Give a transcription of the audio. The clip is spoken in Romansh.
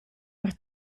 per